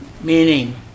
Meaning